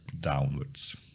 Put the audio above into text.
downwards